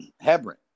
Hebron